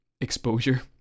exposure